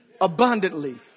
abundantly